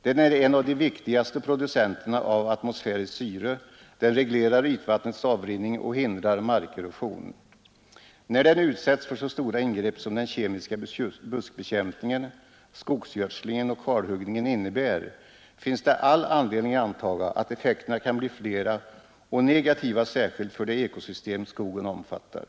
Den är en av de viktigaste producenterna av atmosfäriskt syre, den reglerar ytvattnets avrinning och hindrar markerosion.” När skogen utsätts för så stora ingrepp som den kemiska buskbekämpningen, skogsgödslingen och kalhuggningen innebär, finns det all anledning att anta att effekterna kan bli flera och negativa särskilt för det ekosystem skogen omfattar.